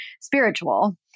spiritual